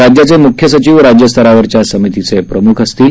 राज्याचे मुख्य सचिव राज्य स्तरावरच्या समितीचे प्रमुख असतील